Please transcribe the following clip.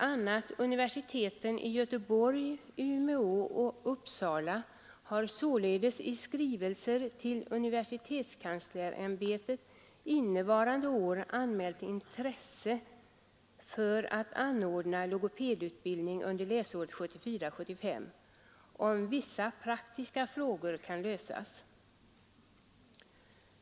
a. universiteten i Göteborg, Umeå och Uppsala har således i skrivelser till universitetskanslersämbetet innevarande vår anmält intresse för att anordna logopedutbildning under läsåret 1974/75, om vissa praktiska frågor kan lösas.